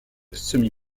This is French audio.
semi